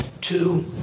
Two